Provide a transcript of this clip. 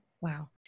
Wow